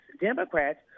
Democrats